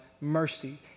mercy